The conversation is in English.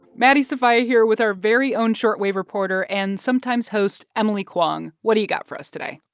maddie sofia here with our very own short wave reporter and sometimes-host emily kwong. what do you got for us today?